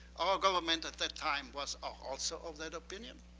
our government, at that time, was also of that opinion.